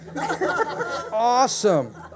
Awesome